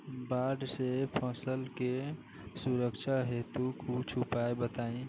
बाढ़ से फसल के सुरक्षा हेतु कुछ उपाय बताई?